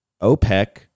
OPEC